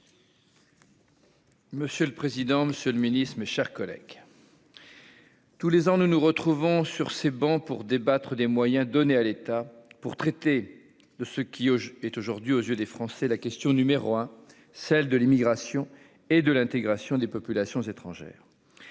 Monsieur le président, Monsieur le Ministre, mes chers collègues. Tous les ans, nous nous retrouvons sur ces bancs pour débattre des moyens donnés à l'État pour traiter de ce qui est aujourd'hui aux yeux des Français la question numéro 1, celle de l'immigration et de l'intégration des populations étrangères